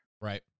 Right